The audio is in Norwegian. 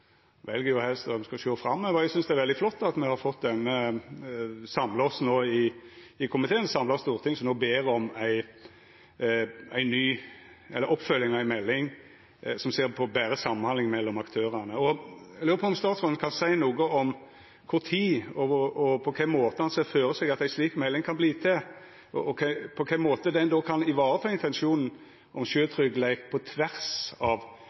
helst at me skal sjå framover. Eg synest det er veldig flott at me har fått samla oss i komiteen, og fått eit samla storting som no ber om oppfølging av ei melding som ser på betre samhandling mellom aktørane. Eg lurer på om statsråden kan seia noko om når og på kva måte han ser for seg at ei slik melding kan verta til, og på kva måte ein då kan vareta intensjonen om sjøtryggleik på tvers av sektorar og institusjonar. Eg tenkjer ikkje minst på dette med plassering av ansvar og samordning av